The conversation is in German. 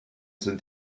sind